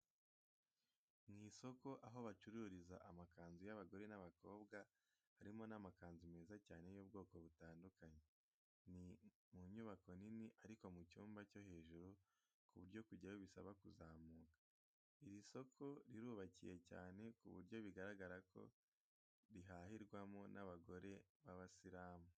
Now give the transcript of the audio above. Mu isoko aho bacururiza amakanzu y'abagore n'abakobwa harimo amakanzu meza cyane y'ubwoko butandukanye. Ni mu nyubako nini ariko mu cyumba cyo hejuri ku buryo kujyayo bisaba kuzamuka. Iri soko rirubakiye cyane ku buryo bigaragara ko rihahirwamo n'abagore b'abasirimu.